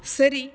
சரி